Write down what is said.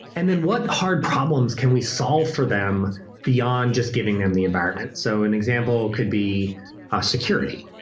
and then what hard problems can we solve for them beyond just giving them the environment? so an example could be ah security.